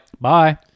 Bye